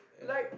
like